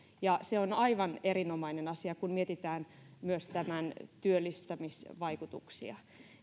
ja se on aivan erinomainen asia kun mietitään myös tämän työllistämisvaikutuksia